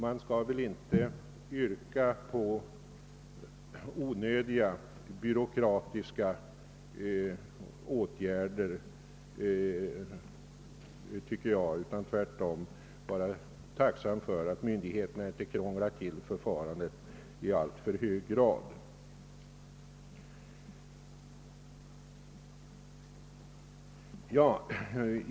Jag tycker att man inte bör yrka på onödiga byråkratiska åtgärder utan tvärtom vara tacksam för att myndigheterna inte krånglar till förfarandet i alltför hög grad.